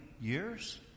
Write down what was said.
years